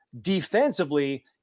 Defensively